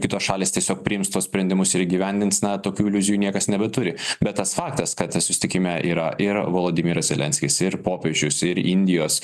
kitos šalys tiesiog priims tuos sprendimus ir įgyvendins na tokių iliuzijų niekas nebeturi bet tas faktas kad susitikime yra ir volodymyras zelenskis ir popiežius ir indijos